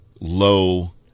low